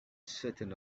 certain